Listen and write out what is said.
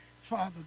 Father